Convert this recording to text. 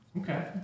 Okay